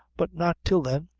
but not till then.